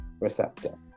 receptor